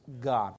God